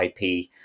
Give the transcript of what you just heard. IP